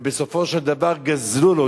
ובסופו של דבר גזלו לו,